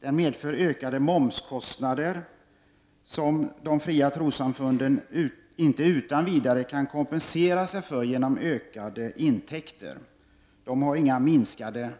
Den medför ökade momskostnader som de fria trossamfunden inte utan vidare kan kompensera sig för genom ökade intäkter. De har inte några minskade